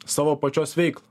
savo pačios veiklą